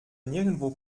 nirgendwo